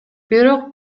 бирок